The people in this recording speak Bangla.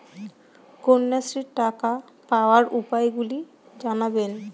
কন্যাশ্রীর টাকা পাওয়ার উপায়গুলি জানাবেন?